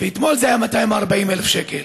אתמול זה היה 240,000 שקל.